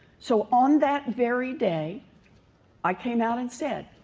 so on that very day i came out and said,